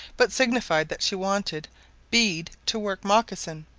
but signified that she wanted bead to work mocsin,